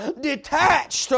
detached